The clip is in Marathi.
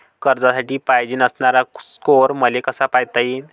कर्जासाठी पायजेन असणारा स्कोर मले कसा पायता येईन?